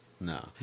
No